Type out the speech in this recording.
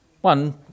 One